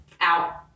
out